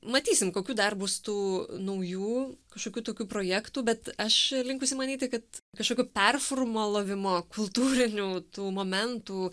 matysim kokių dar bus tų naujų kažkokių tokių projektų bet aš linkusi manyti kad kažkokio perfurmalovimo kultūrinių tų momentų